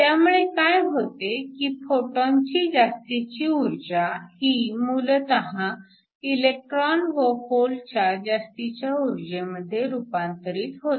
त्यामुळे काय होते की फोटॉनची जास्तीची ऊर्जा ही मूलतः इलेक्ट्रॉन व होलच्या जास्तीच्या ऊर्जेमध्ये रूपांतरित होते